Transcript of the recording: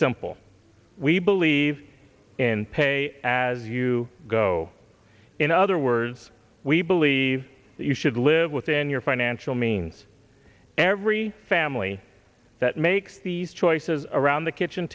believe in pay as you go in other words we believe that you should live within your financial means every family that makes these choices around the kitchen